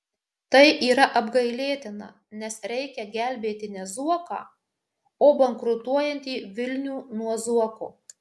tai yra apgailėtina nes reikia gelbėti ne zuoką o bankrutuojantį vilnių nuo zuoko